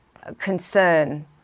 concern